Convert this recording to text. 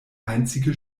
einzige